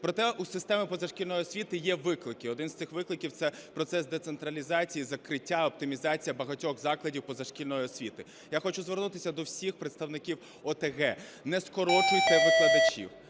Проте, у системи позашкільної освіти є виклики, один з цих викликів – це процес децентралізації, закриття, оптимізація багатьох закладів позашкільної освіти. Я хочу звернутися до всіх представників ОТГ, не скорочуйте викладачів,